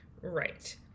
Right